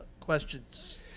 questions